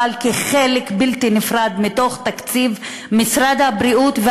אלא כחלק בלתי נפרד מתוך תקציב משרד הבריאות,